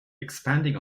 expanding